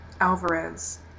Alvarez